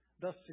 thus